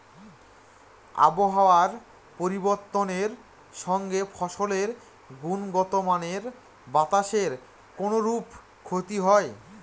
আবহাওয়ার পরিবর্তনের সঙ্গে ফসলের গুণগতমানের বাতাসের কোনরূপ ক্ষতি হয়?